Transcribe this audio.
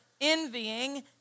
envying